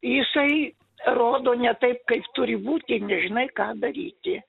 jisai rodo ne taip kaip turi būti nežinai ką daryti